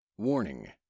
Warning